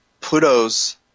Pluto's